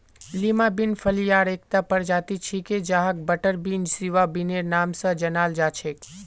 Lima bean फलियार एकता प्रजाति छिके जहाक बटरबीन, सिवा बिनेर नाम स जानाल जा छेक